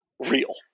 Real